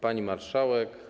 Pani Marszałek!